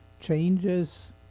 changes